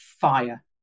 fire